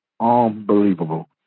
unbelievable